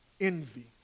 envy